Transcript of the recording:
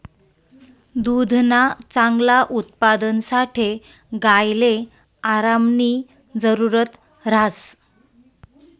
दुधना चांगला उत्पादनसाठे गायले आरामनी जरुरत ह्रास